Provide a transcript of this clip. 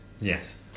Yes